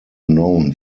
known